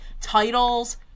titles